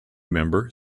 member